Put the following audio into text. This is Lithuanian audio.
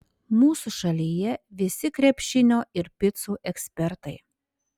mūsų šalyje visi krepšinio ir picų ekspertai